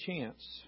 chance